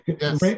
Yes